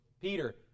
Peter